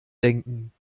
denken